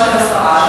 בתשובה של השרה,